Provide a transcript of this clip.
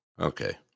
Okay